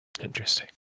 Interesting